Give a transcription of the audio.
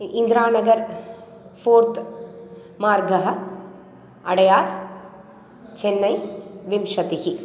इन्द्रानगरः fourth मार्गः अडयार् चन्नै विंशतिः